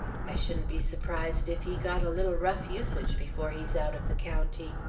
i shouldn't be surprised if he got a little rough usage before he's out of the county.